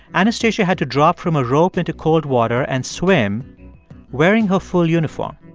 anastasia had to drop from a rope into cold water and swim wearing her full uniform.